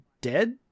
dead